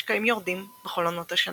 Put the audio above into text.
משקעים יורדים בכל עונות השנה.